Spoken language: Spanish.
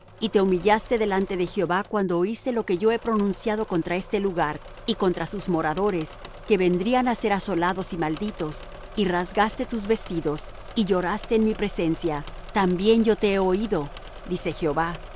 y te humillaste delante de jehová cuando oíste lo que yo he pronunciado contra este lugar y contra sus moradores que vendrían á ser asolados y malditos y rasgaste tus vestidos y lloraste en mi presencia también yo te he oído dice jehová por